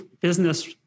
business